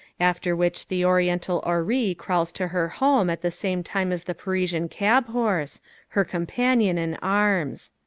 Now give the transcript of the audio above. after which the oriental houri crawls to her home at the same time as the parisian cab-horse her companion in arms.